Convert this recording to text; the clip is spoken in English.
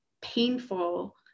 Painful